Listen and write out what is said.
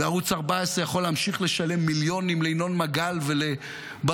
ערוץ 14 יכול להמשיך לשלם מיליונים לינון מגל ולברדוגו,